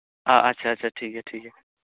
ᱟᱪᱪᱷᱟ ᱟᱪᱪᱷᱟ ᱴᱷᱤᱠ ᱜᱮᱭᱟ ᱴᱷᱤᱠ ᱜᱮᱭᱟ